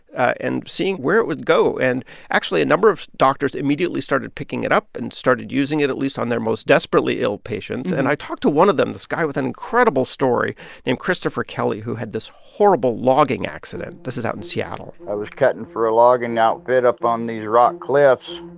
and seeing where it would go. and actually, a number of doctors immediately started picking it up and started using it at least on their most desperately ill patients and i talked to one of them, this guy with an incredible story named kristopher kelly, who had this horrible logging accident. this is out in seattle i was cutting for a logging outfit up on these rock cliffs,